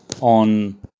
on